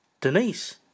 Denise